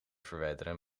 verwijderen